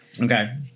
Okay